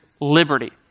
liberty